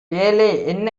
என்ன